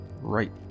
Right